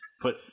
put